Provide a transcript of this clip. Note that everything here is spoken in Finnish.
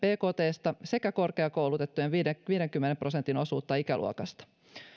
bktsta sekä korkeakoulutettujen viidenkymmenen prosentin osuutta ikäluokasta